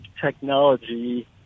technology